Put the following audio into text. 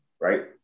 right